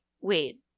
Wait